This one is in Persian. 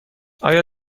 آیا